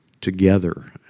together